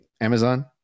Amazon